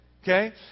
okay